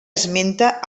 esmenta